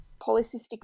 polycystic